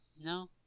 no